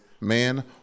man